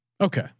Okay